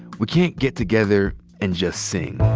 we can't get together and just sing.